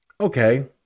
okay